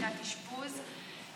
מיטת אשפוז,